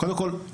קודם כל,